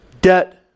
Debt